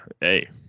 hey